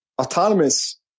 autonomous